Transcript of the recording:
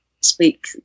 speak